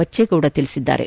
ಬಚ್ಚೇಗೌಡ ತಿಳಿಸಿದ್ದಾರೆ